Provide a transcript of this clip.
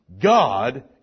God